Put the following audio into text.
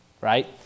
right